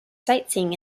sightseeing